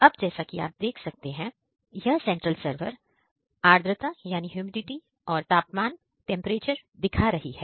अब जैसा कि आप देख सकते हैं यह सेंट्रल सर्वर आर्द्रता और टेंपरेचर दिखा रही है